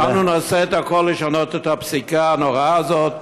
אנחנו נעשה הכול לשנות את הפסיקה הנוראה הזאת,